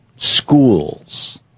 Schools